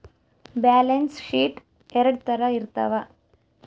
balance sheet ಎರಡ್ ತರ ಇರ್ತವ